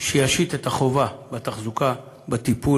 חוק שישית את חובת התחזוקה והטיפול